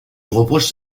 reproche